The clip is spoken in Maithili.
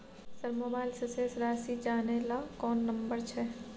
सर मोबाइल से शेस राशि जानय ल कोन नंबर छै?